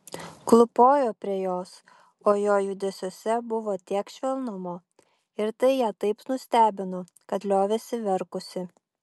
klūpojo prie jos o jo judesiuose buvo tiek švelnumo ir tai ją taip nustebino kad liovėsi verkusi